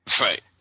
right